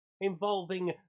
involving